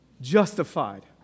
Justified